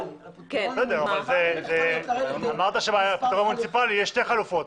אמרת שבפתרון מוניציפלי יש שתי חלופות,